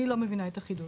אני לא מבינה את החידוד.